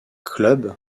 club